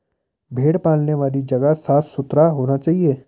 भेड़ पालने वाली जगह साफ सुथरा होना चाहिए